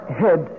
head